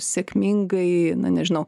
sėkmingai na nežinau